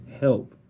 help